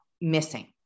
missing